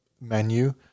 menu